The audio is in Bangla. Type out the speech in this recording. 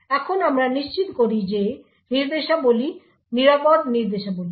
এখন আমরা নিশ্চিত করি যে নির্দেশাবলীগুলি নিরাপদ নির্দেশাবলী